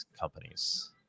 companies